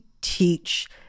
teach